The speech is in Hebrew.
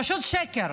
פשוט שקר.